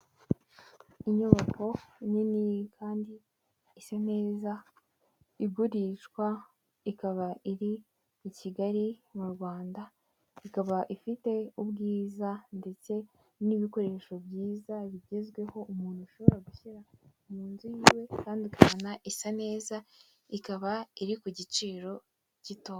Inyubako nini kandi isa neza igurishwa ikaba iri i Kigali m'u Rwanda, ikaba ifite ubwiza ndetse n'ibikoresho byiza bigezweho umuntu ushobora gushyira mu nzu y'iwe kandi ukabona isa neza, ikaba iri ku giciro gito.